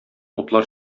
утлар